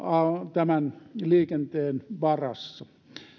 tämän liikenteen varassa